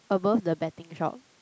above the betting shop